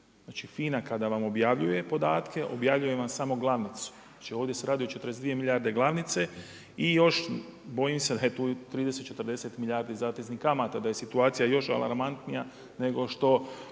Znači, FINA kada vam objavljuje podatke, objavljuje vam samo glavnicu. Znači, ovdje se radi o 42 milijarde glavnice i još bojim se da je tu 30, 40 milijardi zateznih kamata, da je situacija još alarmantnija nego što